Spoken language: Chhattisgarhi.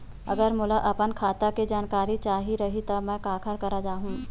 अगर मोला अपन खाता के जानकारी चाही रहि त मैं काखर करा जाहु?